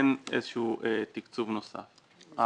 אין איזשהו תקצוב נוסף.